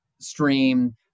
stream